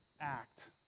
act